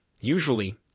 Usually